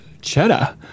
cheddar